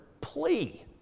plea